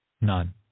none